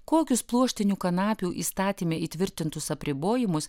kokius pluoštinių kanapių įstatyme įtvirtintus apribojimus